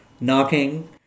knocking